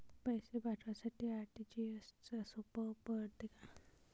पैसे पाठवासाठी आर.टी.जी.एसचं सोप पडते का?